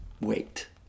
wait